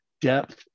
depth